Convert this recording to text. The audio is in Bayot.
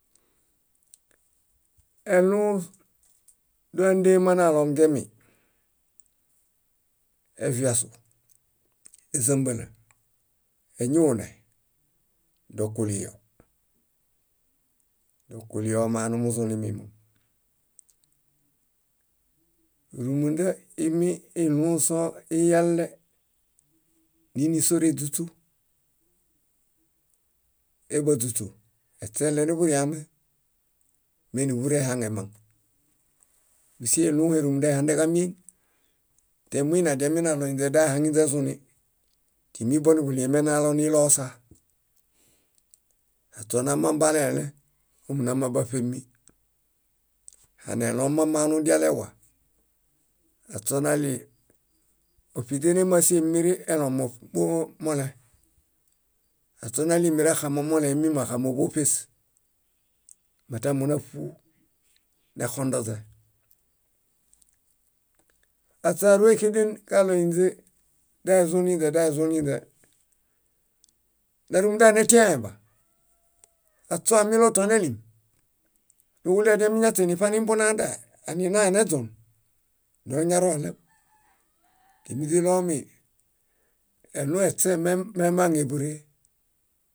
. Eɭũũs doo ándeema nalongemi: eviasu, ézambalũ, eñuune, dokuliyo. Dokuliyo manu muzunimimom. Rúmunda iimi iɭũũ soo iyale, niini sóreźuśu. Ee báźuśu, eśee eɭeniḃuriame me níḃuree ehaŋemaŋ. Músie iɭũhe húnda ihandeġamieŋ temuine adiaminaɭo ínźe daeehaŋinźezuni, timi bonuḃuliemenalo niloosa. Aśo namambalẽlẽ, ómu namaŋ báṗemi. Hani elõdidialewa, aśoo naɭii oṗiźen émasie mirin elon moṗ- molẽ, aśoo naɭii merexamomolẽ míama oxamo móṗes mata mónaṗu nexondoźe. Aśe áorexeden kaɭo ínźe daezuninźe, daezuninźe. Na rúmunda netiãẽ. Aśo amiloto nelim; niġuɭii adiamiñaśe niṗanimbunadae aninae neźon. Doñaroɭew timi źiɭomi eɭũe eśee memaŋe búree.